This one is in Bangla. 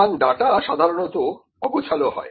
সুতরাং ডাটা সাধারণতঃ অগোছালো হয়